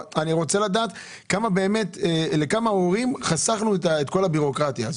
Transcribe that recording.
רוצה לדעת לכמה הורים חסכנו את כל הבירוקרטיה הזאת.